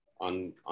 on